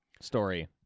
story